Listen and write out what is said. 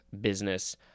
business